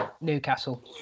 Newcastle